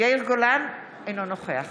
יאיר גולן, אינו נוכח